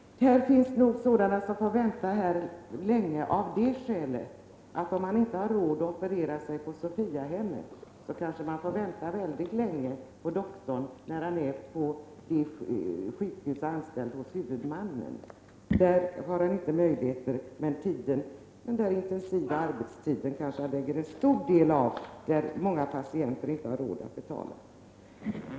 Det finns nog många som fått vänta länge av det skälet. Om man inte har råd att låta operera sig på Sofiahemmet, får man kanske vänta väldigt länge på doktorn på det statliga sjukhuset. Han kanske anslår en stor del av sin intensiva arbetstid den vård som många patienter inte har råd att betala.